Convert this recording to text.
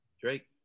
Drake